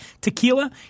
tequila